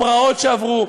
הפרעות שעברו,